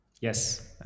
Yes